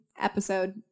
episode